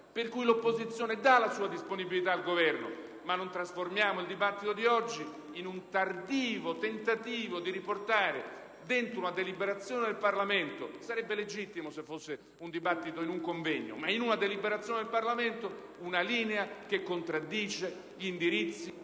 per cui l'opposizione dà la sua disponibilità al Governo. Non trasformiamo però il dibattito di oggi in un tardivo tentativo di riportare dentro una deliberazione del Parlamento - sarebbe legittimo se fosse un dibattito in un convegno - una linea che contraddice gli indirizzi